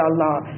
Allah